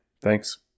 thanks